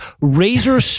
razor